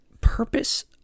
purpose